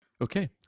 okay